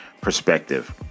perspective